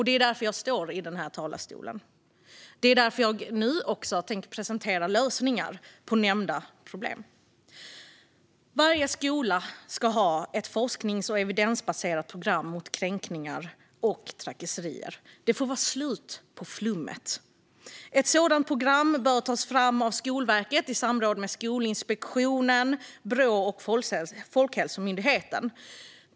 Det är därför jag står i denna talarstol, och det är därför jag tänker presentera lösningar på nämnda problem. Varje skola ska ha ett forsknings och evidensbaserat program mot kränkningar och trakasserier. Det får vara slut på flummet. Ett sådant program bör tas fram av Skolverket i samråd med Skolinspektionen, Brå och Folkhälsomyndigheten.